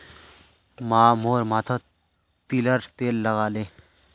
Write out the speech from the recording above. माँ मोर माथोत तिलर तेल लगाले